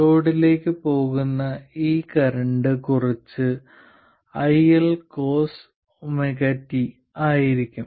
ലോഡിലേക്ക് പോകുന്ന ഈ കറന്റ് കുറച്ച് i1 cosωt ആയിരിക്കും